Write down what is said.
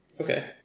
Okay